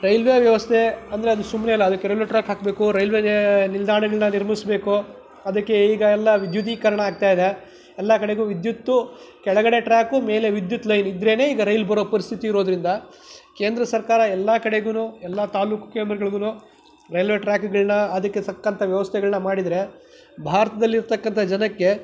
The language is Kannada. ರೈಲ್ವೆ ವ್ಯವಸ್ಥೆ ಅಂದರೆ ಅದು ಸುಮ್ನೇನ ಅದಕ್ಕೆ ರೈಲ್ವೆ ಟ್ರ್ಯಾಕ್ ಹಾಕಬೇಕು ರೈಲ್ವೇ ನಿಲ್ದಾಣಗಳನ್ನ ನಿರ್ಮಿಸ್ಬೇಕು ಅದಕ್ಕೆ ಈಗ ಎಲ್ಲ ವಿದ್ಯುದೀಕರಣ ಆಗ್ತಾ ಇದೆ ಎಲ್ಲ ಕಡೆಗೂ ವಿದ್ಯುತ್ ಕೆಳಗಡೆ ಟ್ರ್ಯಾಕು ಮೇಲೆ ವಿದ್ಯುತ್ ಲೈನ್ ಇದ್ದರೇನೇ ಈಗ ರೈಲ್ ಬರೋ ಪರಿಸ್ಥಿತಿ ಇರೋದರಿಂದ ಕೇಂದ್ರ ಸರ್ಕಾರ ಎಲ್ಲ ಕಡೆಗು ಎಲ್ಲ ತಾಲೂಕು ಕೇಂದ್ರಗಳ್ಗು ರೈಲ್ವೆ ಟ್ರ್ಯಾಕಗಳನ್ನ ಅದಕ್ಕೆ ತಕ್ಕಂಥ ವ್ಯವಸ್ಥೆಗಳನ್ನ ಮಾಡಿದರೆ ಭಾರತದಲ್ಲಿರ್ತಕ್ಕಂಥ ಜನಕ್ಕೆ